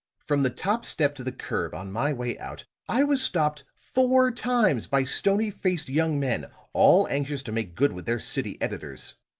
from the top step to the curb, on my way out, i was stopped four times by stony-faced young men all anxious to make good with their city editors.